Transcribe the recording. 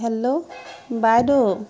hello বাইদেউ